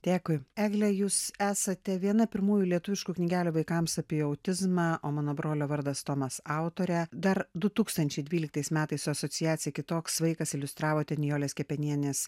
dėkui egle jūs esate viena pirmųjų lietuviškų knygelių vaikams apie autizmą o mano brolio vardas tomas autorė dar du tūkstančiai dvyliktais metais asociacijai kitoks vaikas iliustravote nijolės kepenienės